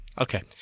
Okay